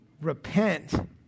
repent